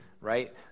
right